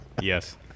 Yes